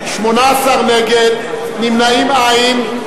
18 נגד, נמנעים, אין.